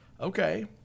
okay